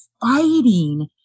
fighting